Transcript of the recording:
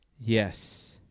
Yes